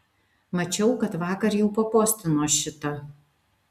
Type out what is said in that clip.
mačiau kad vakar jau papostino šitą